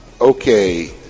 Okay